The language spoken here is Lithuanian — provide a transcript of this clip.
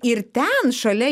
ir ten šalia